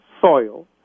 soil